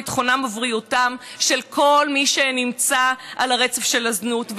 ביטחונם ובריאותם של כל מי שנמצא על הרצף של הזנות,